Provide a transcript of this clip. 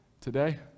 today